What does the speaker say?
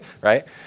right